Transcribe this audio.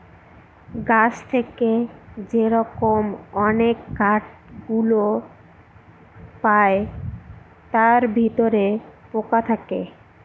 গাছ থেকে যে রকম অনেক কাঠ গুলো পায় তার ভিতরে পোকা থাকে